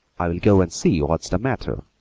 i'll go and see what's the matter.